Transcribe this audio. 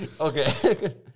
okay